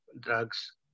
drugs